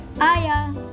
Aya